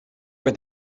were